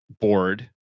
board